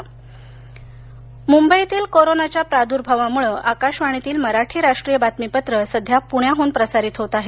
बापट मुंबईतील कोरोनाच्या प्रादुर्भावामुळे आकाशवाणीतील मराठी राष्ट्रीय बातमीपत्रे सध्या पुण्याहून प्रसारीत होत आहेत